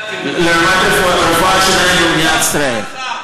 השיניים במדינת ישראל.